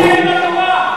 אתם מצביעים נגד התורה.